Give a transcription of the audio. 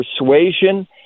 persuasion